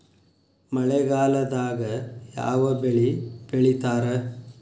ಮಳೆಗಾಲದಾಗ ಯಾವ ಬೆಳಿ ಬೆಳಿತಾರ?